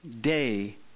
day